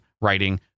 writing